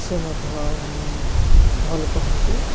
ସେ ମଧ୍ୟ ଭଲ୍ କହନ୍ତି